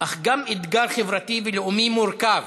אך גם אתגר חברתי ולאומי מורכב.